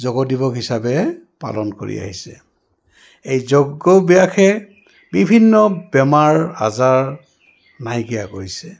যোগ দিৱস হিচাপে পালন কৰি আহিছে এই যোগভ্যাসে বিভিন্ন বেমাৰ আজাৰ নাইকিয়া কৰিছে